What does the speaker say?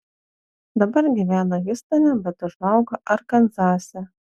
dabar gyvena hjustone bet užaugo arkanzase